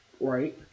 right